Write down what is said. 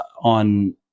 on